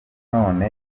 none